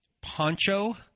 Poncho